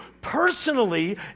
personally